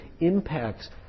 impacts